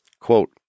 Quote